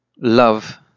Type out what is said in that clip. love